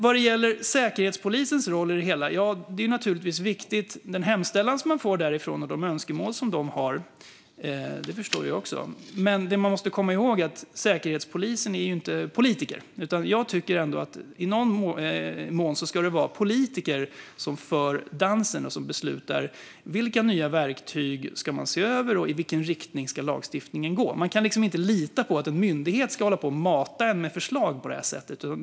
När det gäller Säkerhetspolisens roll i det hela är naturligtvis den hemställan som kommer därifrån och de önskemål som de har viktiga. Det förstår jag också. Men man måste komma ihåg att Säkerhetspolisen inte är politiker. Jag tycker ändå att det i någon mån ska vara politiker som för i dansen och som beslutar om vilka nya verktyg som ska ses över och i vilken riktning lagstiftningen ska gå. Man kan inte lita på att en myndighet ska hålla på och mata en med förslag på detta sätt.